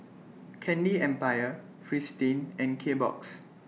Candy Empire Fristine and Kbox